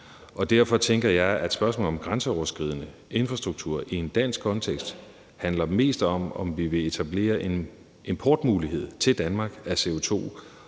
Derfor tænker jeg, at spørgsmålet om grænseoverskridende infrastruktur i en dansk kontekst handler mest om, om vi vil etablere en importmulighed for CO2